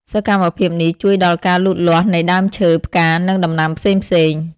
សកម្មភាពនេះជួយដល់ការលូតលាស់នៃដើមឈើ ផ្កា និងដំណាំផ្សេងៗ។